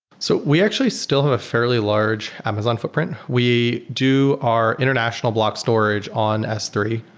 so we actually still have a fairly large amazon footprint. we do our international block storage on s three.